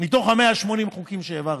מתוך 180 החוקים שהעברתי.